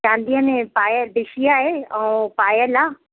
चांदीअ में पायल बिछिया आहे ऐं पायल आहे